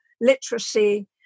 literacy